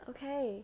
Okay